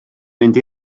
mynd